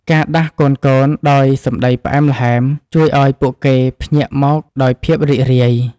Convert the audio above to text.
ការដាស់កូនៗដោយសម្តីផ្អែមល្ហែម ជួយឱ្យពួកគេភ្ញាក់មកដោយភាពរីករាយ។